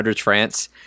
France